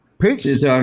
Peace